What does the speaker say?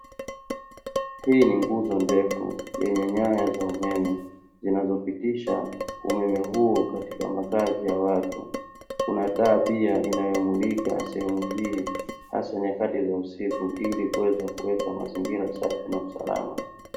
Hii ni nguzo ndefu yenye nyaya za umeme zinazopitisha umeme huo katika makazi ya watu; kuna taa pia inayomulika sehemu hii hasa nyakati za usiku, ili kuweza kuweka mazingira safi na usalama.